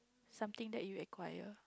something that you acquire